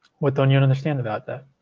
what don't you understand about